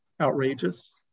outrageous